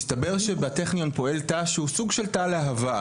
מסתבר שבטכניון פועל תא שהוא סוג של תא להבה.